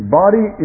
body